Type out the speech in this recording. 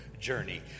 journey